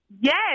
Yes